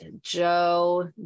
Joe